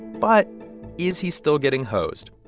but is he still getting hosed?